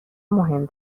مهم